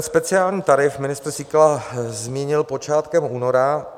Speciální tarif ministr Síkela zmínil počátkem února.